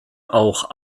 auch